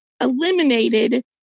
eliminated